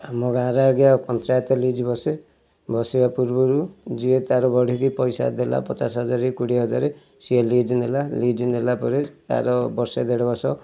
ଆମ ଗାଁରେ ଆଜ୍ଞା ପଞ୍ଚାୟତ ଲିଜ୍ ବସେ ବସିବା ପୂର୍ବରୁ ଯିଏ ତା'ର ବଢ଼ିକି ପଇସା ଦେଲା ପଚାଶ ହଜାର କି କୋଡ଼ିଏ ହଜାର ସିଏ ଲିଜ୍ ନେଲା ଲିଜ୍ ନେଲା ପରେ ତା'ର ବର୍ଷେ ଦେଢ଼ ବର୍ଷ